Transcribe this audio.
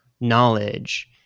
knowledge